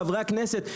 חברי הכנסת.